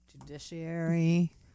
judiciary